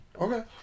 Okay